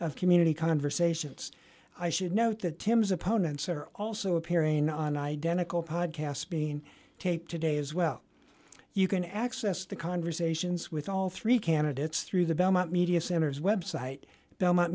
of community conversations i should note that tim's opponents are also appearing on identical podcast being taped today as well you can access the conversations with all three candidates through the belmont media centers website belmont